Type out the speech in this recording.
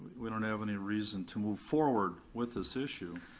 we don't have any reason to move forward with this issue,